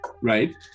Right